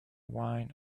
wine